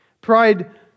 Pride